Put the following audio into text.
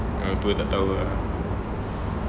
orang tua tak tahu ah